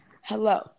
hello